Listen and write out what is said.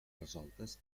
resoltes